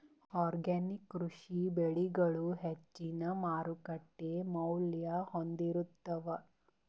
organic ಕೃಷಿ ಬೆಳಿಗಳು ಹೆಚ್ಚಿನ್ ಮಾರುಕಟ್ಟಿ ಮೌಲ್ಯ ಹೊಂದಿರುತ್ತಾವ